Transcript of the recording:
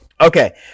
Okay